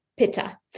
Pitta